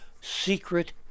Secret